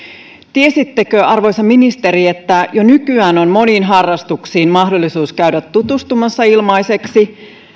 tiesittekö arvoisa ministeri että jo nykyään on moniin harrastuksiin mahdollisuus käydä tutustumassa ilmaiseksi